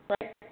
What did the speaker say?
right